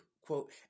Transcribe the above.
quote